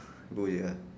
go ahead ah